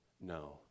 no